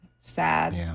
sad